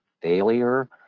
failure